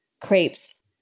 crepes